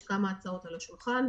יש כמה הצעות על השולחן,